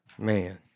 Man